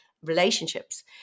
Relationships